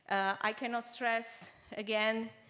i cannot stress, again,